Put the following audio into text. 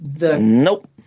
Nope